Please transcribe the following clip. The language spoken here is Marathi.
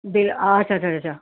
बेल अच्छा अच्छा अच्छा च्छा